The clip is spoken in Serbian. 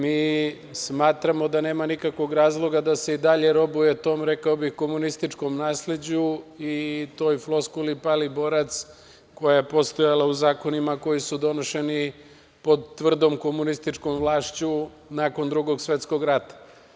Mi smatramo da nema nikakvog razloga da se i dalje robuje tom, rekao bih, komunističkom nasleđu i toj floskuli pali borac koja je postojala u zakonima koje su donošeni pod tvrdom komunističkom vlašću nakon Drugog svetskog rata.